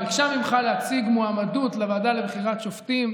ביקשה ממך להציג מועמדות לוועדה לבחירת שופטים.